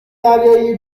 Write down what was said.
دریایی